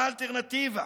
מה האלטרנטיבה?